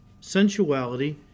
sensuality